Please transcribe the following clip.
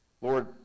Lord